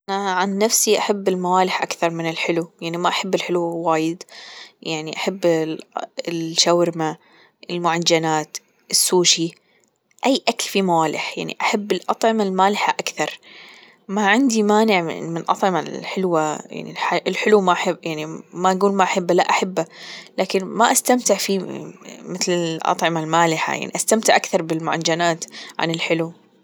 أنا عن نفسي أحب الموالح أكثر من الحلو يعني ما أحب الحلو وايد يعني أحب الشاورما المعجنات السوشي أي أكل فيه موالح يعني أحب الأطعمة المالحة اكثر ما عندي مانع من الأطعمة الحلوة يعني الحلوة يعني ما نقول ما أحبه لا أحبه لكن ما أستمتع فيه مثل الأطعمة المالحة يعني أستمتع أكثر بالمعجنات عن الحلو.